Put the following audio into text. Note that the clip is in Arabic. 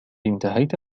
انتهيت